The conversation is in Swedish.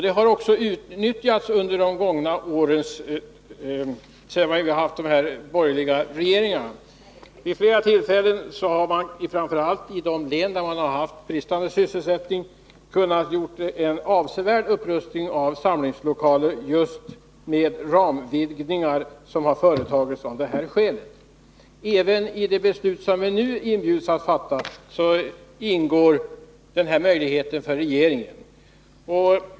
Det har också utnyttjats under de år då vi nu haft borgerliga regeringar. Vid flera tillfällen har man, framför allt i de län där det varit bristande sysselsättning, kunnat göra en avsevärd upprustning av samlingslokaler just genom de ramvidgningar som har företagits av det här skälet. Även i det beslut som vi nu inbjuds att fatta ingår denna möjlighet för regeringen.